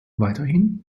weiterhin